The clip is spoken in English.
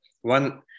One